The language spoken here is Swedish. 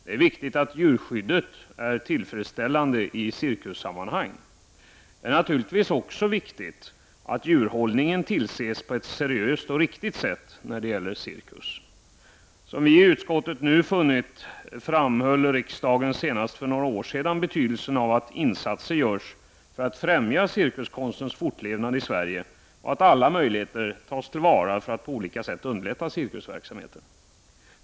Det är viktigt att djurskyddet är tillfredsställande i cirkussammanhang. Det är naturligtvis också viktigt att djurhållningen tillses på ett seriöst och riktigt sätt när det gäller cirkus. Som vi i utskottet nu har funnit, framhöll riksdagen senast för några år sedan betydelsen av insatser för att främja cirkuskonstens fortlevnad i Sverige. Alla möjligheter skall tas till vara för att på olika sätt underlätta cirkusverksamheten.